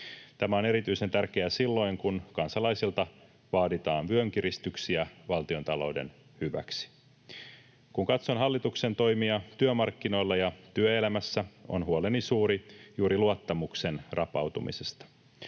Tämä on erityisen tärkeää silloin, kun kansalaisilta vaaditaan vyönkiristyksiä valtiontalouden hyväksi. Kun katson hallituksen toimia työmarkkinoilla ja työelämässä, on huoleni suuri juuri luottamuksen rapautumisesta.